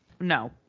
No